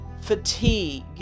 fatigue